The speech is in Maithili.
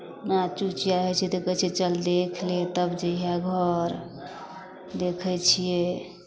नाच उच इएह होइ छै तऽ कहै छै चल देख ले तब जैहेँ घर देखै छियै